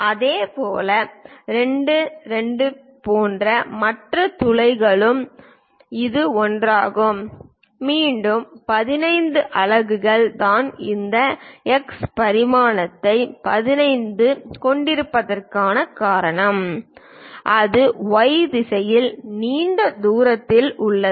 இதேபோல் 2 2 போன்ற மற்ற துளைகளுக்கு இது ஒன்றாகும் மீண்டும் 15 அலகுகள் தான் இந்த எக்ஸ் பரிமாணத்தை 15 கொண்டிருப்பதற்கான காரணம் அது Y திசையில் நீண்ட தூரத்தில் உள்ளது